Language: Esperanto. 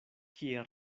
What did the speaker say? kie